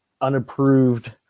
unapproved